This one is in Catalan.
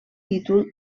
títol